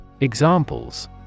Examples